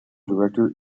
director